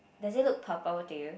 does it look purple to you